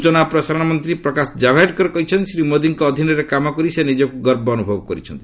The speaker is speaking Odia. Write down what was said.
ସ୍ବଚନା ଓ ପ୍ରସାରଣ ମନ୍ତ୍ରୀ ପ୍ରକାଶ ଜାଭେଡକର କହିଛନ୍ତି ଶ୍ରୀ ମୋଦିଙ୍କ ଅଧୀନରେ କାମ କରି ସେ ନିଜକୁ ଗର୍ବ ଅନୁଭବ କରୁଛନ୍ତି